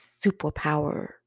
superpower